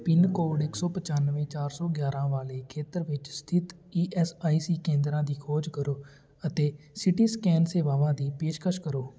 pin code ਇਕ ਸੌ ਪਚੱਨਵੇ ਚਾਰ ਸੌ ਗਿਆਰਾਂ ਵਾਲੇ ਖੇਤਰ ਵਿੱਚ ਸਥਿਤ ਈ ਐੱਸ ਆਈ ਸੀ ਕੇਂਦਰਾਂ ਦੀ ਖੋਜ ਕਰੋ ਅਤੇ ਸੀ ਟੀ ਸਕੈਨ ਸੇਵਾਵਾਂ ਦੀ ਪੇਸ਼ਕਸ਼ ਕਰੋ